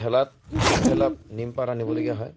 ঠেলাত দুঠেলা নিম পাত আনিবলগীয়া হয়